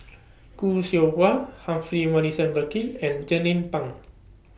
Khoo Seow Hwa Humphrey Morrison Burkill and Jernnine Pang